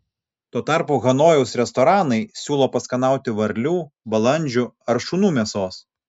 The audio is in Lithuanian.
tuo tarpu hanojaus restoranai siūlo paskanauti varlių balandžių ar šunų mėsos